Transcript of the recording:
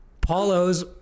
Paulo's